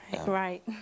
Right